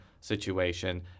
situation